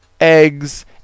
eggs